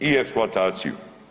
I eksploataciju.